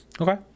Okay